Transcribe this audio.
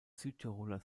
südtiroler